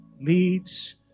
leads